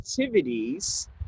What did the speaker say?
activities